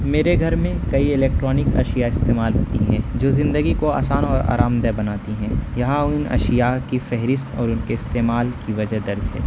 میرے گھر میں کئی الیکٹرانک اشیاء استعمال ہوتی ہیں جو زندگی کو آسان اور آرام دہ بناتی ہیں یہاں ان اشیاء کی فہرست اور ان کے استعمال کی وجہ درج ہے